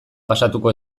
pasatuko